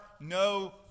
no